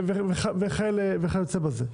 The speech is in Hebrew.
וכיוצא בזה.